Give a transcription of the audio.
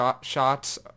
shots